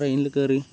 ട്രെയിനിൽ കയറി